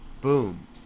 boom